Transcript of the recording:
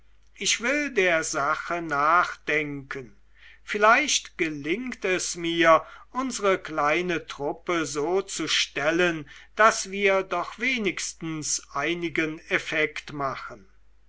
ich will der sache nachdenken vielleicht gelingt es mir unsre kleine truppe so zu stellen daß wir doch wenigstens einigen effekt machen